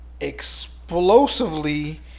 explosively